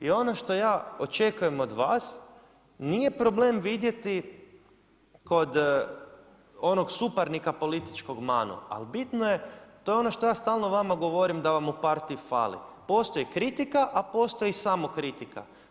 I ono to ja očekujem od vas, nije problem vidjet kod onog suparnika političkog manu, ali bitno je to je ono što ja stalno vama govorim da vam u partiji fali, postoji kritika, a postoji samokritika.